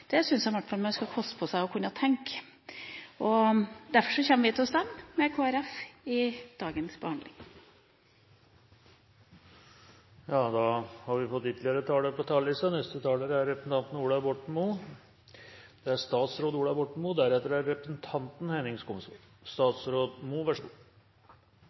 Det syns jeg i hvert fall man skal koste på seg å kunne tenke. Derfor kommer vi til å stemme sammen med Kristelig Folkeparti i dagens sak. Nå har vi fått ytterligere talere på talerlisten. Neste taler er representanten Ola Borten Moe – statsråd Ola